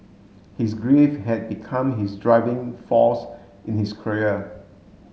his grief had become his driving force in his career